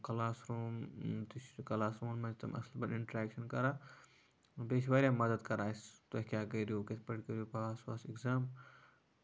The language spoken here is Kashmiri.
کَلاس روٗم تہِ چھِ کَلاس روٗمَس منٛز چھِ تِم اَصٕل پٲٹھۍ اِنٹٔریکشَن کران بیٚیہِ چھِ واریاہ مَدد کران اَسہِ تُہۍ کیاہ کٔرو کِتھ پٲٹھۍ کٔرو پاس واس اٮ۪کزام